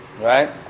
right